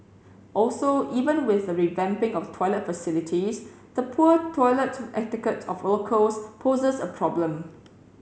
also even with the revamping of toilet facilities the poor toilet etiquette of locals poses a problem